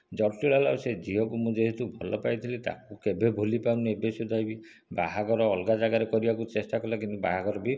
ଜଟିଳ ହେଲା ରୁ ସେ ଝିଅକୁ ମୁଁ ଯେହେତୁ ଭଲ ପାଇଥିଲି ତାକୁ କେବେ ଭୁଲି ପାରୁନି ଏବେ ସୁଧା ବି ବାହାଘର ଅଲଗା ଜାଗାରେ କରିବାକୁ ଚେଷ୍ଟା କଲା କିନ୍ତୁ ବାହାଘର ବି